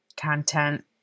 content